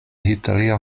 historia